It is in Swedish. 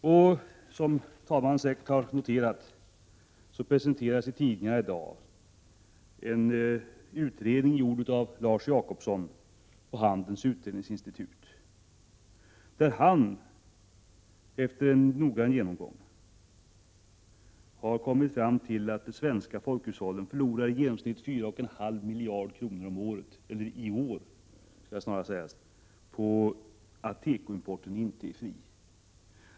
Som herr talmannen säkert har noterat presenteras det i tidningar i dag en utredning gjord av Lars Jacobsson vid Handelns utredningsinstitut, där han efter en noggrann genomgång har kommit fram till att de svenska hushållen förlorar 4,5 miljarder kronor i år på att tekoimporten inte är fri.